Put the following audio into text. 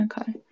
Okay